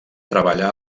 treballà